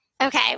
Okay